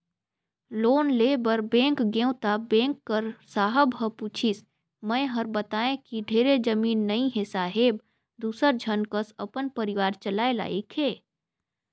loan लेय बर bank गेंव त बेंक कर साहब ह पूछिस मै हर बतायें कि ढेरे जमीन नइ हे साहेब दूसर झन कस अपन परिवार चलाय लाइक हे